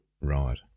Right